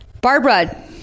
barbara